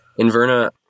Inverna